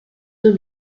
eux